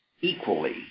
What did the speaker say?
equally